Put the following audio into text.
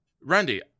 Randy